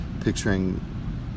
Picturing